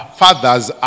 fathers